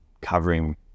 covering